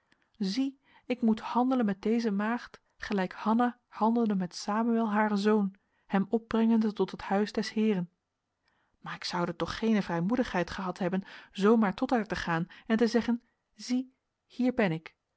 zie ik moet handelen met deze maagd gelijk hanna handelde met samuel haren zoon hem opbrengende tot het huis des heeren maar ik zoude toch geene vrijmoedigheid gehad hebben zoo maar tot haar te gaan en te zeggen zie hier ben ik